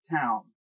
town